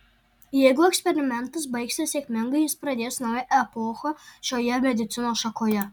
jeigu eksperimentas baigsis sėkmingai jis pradės naują epochą šioje medicinos šakoje